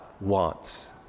wants